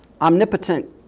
omnipotent